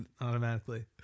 automatically